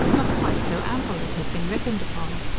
not quite so ample as had been reckoned upon.